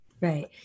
Right